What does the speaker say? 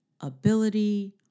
ability